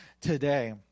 today